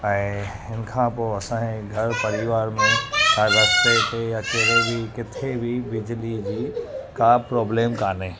ऐं हिन खां पोइ असांजे घर परिवार में का रस्ते ते या केरे बि किथे बि बिजली जी का प्रॉब्लम कोन्हे